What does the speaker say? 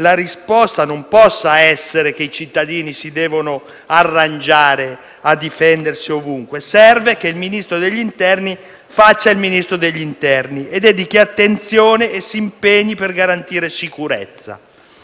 la risposta non può essere che i cittadini devono arrangiarsi a difendersi ovunque. Serve che il Ministro dell'interno faccia il Ministro dell'interno, vi dedichi attenzione e si impegni per garantire la sicurezza.